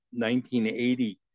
1980